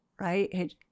right